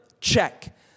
check